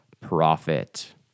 profit